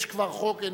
יש כבר חוק,